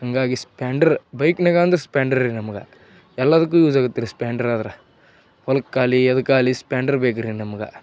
ಹಾಗಾಗಿ ಸ್ಪೆಂಡರ್ ಬೈಕ್ನ್ಯಾಗ ಅಂದ್ರೆ ಸ್ಪೆಂಡರ್ ರಿ ನಮಗೆ ಎಲ್ಲದಕ್ಕೂ ಯೂಸ್ ಆಗುತ್ರಿ ಸ್ಪೆಂಡರ್ ಆದರೆ ಹೊಲಕ್ಕೆ ಆಗ್ಲಿ ಅದ್ಕೆ ಆಗ್ಲಿ ಸ್ಪೆಂಡರ್ ಬೇಕ್ರಿ ನಮ್ಗೆ